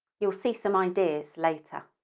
you'll see some ideas later.